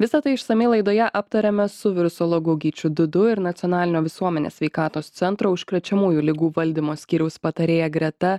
visa tai išsamiai laidoje aptarėme su virusologu gyčiu dudu ir nacionalinio visuomenės sveikatos centro užkrečiamųjų ligų valdymo skyriaus patarėja greta